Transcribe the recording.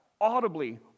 audibly